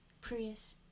Prius